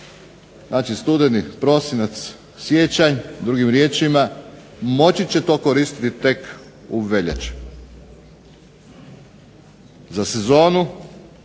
znači studeni, prosinac, siječanj, drugim riječima moći će to koristiti tek u veljači. Za sezonu